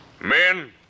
Men